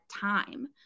time